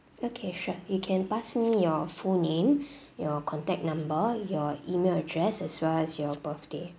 okay sure you can pass me your full name your contact number your email address as well as your birthday